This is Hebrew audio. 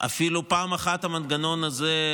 ואפילו פעם אחת המנגנון הזה,